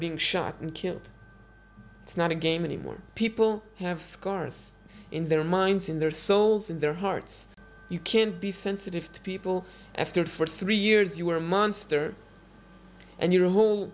being shot and killed it's not a game anymore people have scars in their minds in their souls in their hearts you can be sensitive to people after for three years you were a monster and your whole